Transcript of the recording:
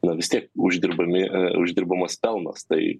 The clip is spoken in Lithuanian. na vis tiek uždirbami uždirbamas pelnas tai